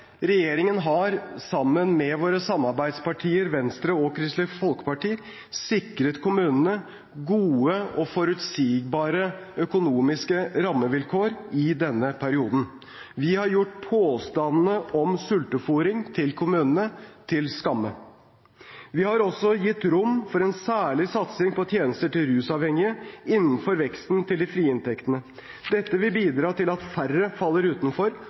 Regjeringen har sammen med våre samarbeidspartier, Venstre og Kristelig Folkeparti, sikret kommunene gode og forutsigbare økonomiske rammevilkår i denne perioden. Vi har gjort påstandene om sultefôring av kommunene til skamme. Vi har også gitt rom for en særlig satsing på tjenester til rusavhengige innenfor veksten i de frie inntektene. Dette vil bidra til at færre faller utenfor,